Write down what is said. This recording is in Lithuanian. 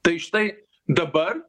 tai štai dabar